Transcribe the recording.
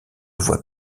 voie